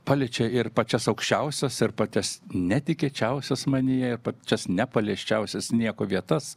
paliečia ir pačias aukščiausias ir pačias netikėčiausias manyje pačias nepaliesčiausias nieko vietas